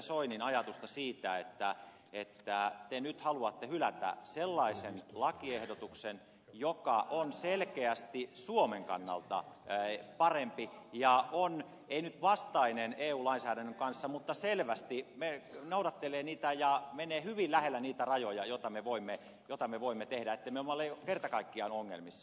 soinin ajatusta siitä että te nyt haluatte hylätä sellaisen lakiehdotuksen joka on selkeästi suomen kannalta parempi ja on ei nyt vastainen eu lainsäädännön kanssa mutta selvästi noudattelee ja menee hyvin lähellä niitä rajoja mitä me voimme tehdä ettemme ole kerta kaikkiaan ongelmissa